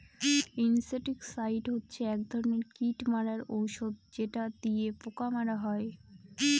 insecticide হচ্ছে এক ধরনের কীট মারার ঔষধ যেটা দিয়ে পোকা মারা হয়